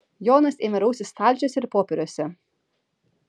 jonas ėmė raustis stalčiuose ir popieriuose